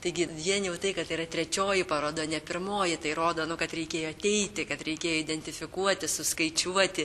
taigi vien jau tai kad tai yra trečioji paroda ne pirmoji tai rodo nu kad reikėjo ateiti kad reikėjo identifikuoti suskaičiuoti